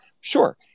sure